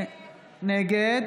נגד